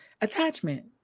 attachment